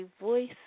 voice